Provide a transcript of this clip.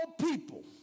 people